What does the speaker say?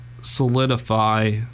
solidify